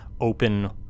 open